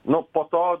nu po to